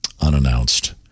unannounced